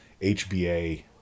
HBA